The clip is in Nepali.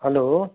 हेलो